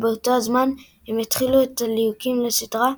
ובאותו הזמן הם יתחילו את הליהוקים לסדרה,